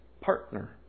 Partner